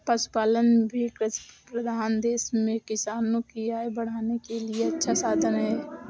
पशुपालन भी कृषिप्रधान देश में किसानों की आय बढ़ाने का अच्छा साधन है